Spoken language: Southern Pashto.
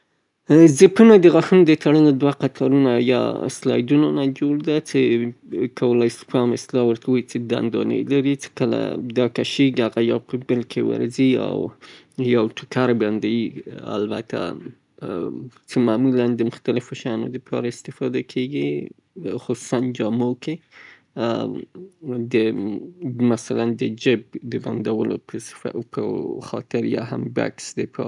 زیپونه د ټوک دوه پټی لري، د غاښونو یا سلایډرز سره کله چه سلا‌یدر پورته کړئ، دا غاښونه سره یوځای کیی، زیپ بندوي، کته کول یې، غاښونه جلا کوي، یا هغه دندانې زیپ خلاصوي، په پای کې یې یو کوچیني تمځای د سلایډر د رالویدو مخه نیسي، چه اجازه ورکوي؛ ترڅو جامې خوندې کړي.